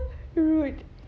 rude